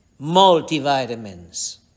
multivitamins